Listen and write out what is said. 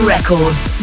Records